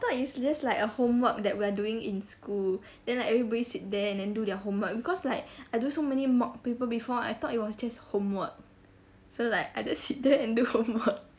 thought it's just like a homework that we're doing in school then like everybody sit there and then do their homework because like I do so many mock paper before and I thought it was just homework so like I just sit there and do homework